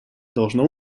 должно